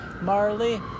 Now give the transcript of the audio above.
Marley